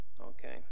Okay